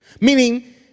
Meaning